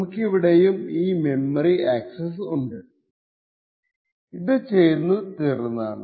നമ്മുക്കിവിടെയും ഈ memory access ഉണ്ട് ഇത് ചെയ്തു തീർന്നതാണ്